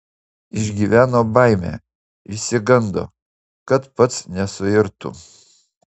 išgyveno baimę išsigando kad pats nesuirtų